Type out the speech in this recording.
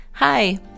Hi